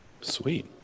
sweet